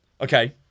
Okay